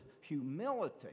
humility